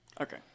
Okay